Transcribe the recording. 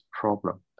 problem